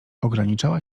ograniczała